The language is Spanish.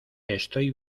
estoy